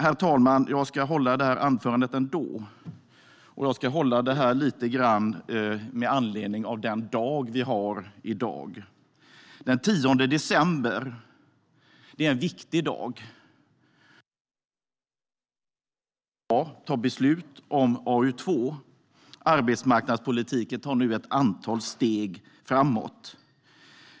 Herr talman! Jag ska hålla detta anförande ändå, och jag ska hålla det lite grann med anledning av den dag vi har i dag. Den 10 december är en viktig dag. Vi ska alltså i dag fatta beslut om AU2, och arbetsmarknadspolitiken tar nu ett antal steg framåt.